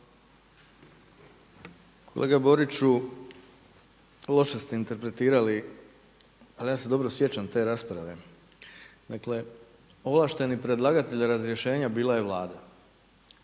Kolega Boriću, loše ste interpretirali, ali ja se dobro sjećam te rasprave. Dakle, ovlašteni predlagatelj razrješenja bila je Vlada